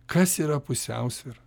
kas yra pusiausvyra